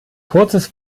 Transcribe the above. kurzes